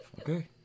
Okay